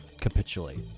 capitulate